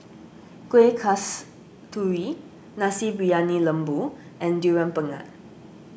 Kueh Kasturi Nasi Briyani Lembu and Durian Pengat